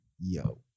yo